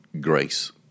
grace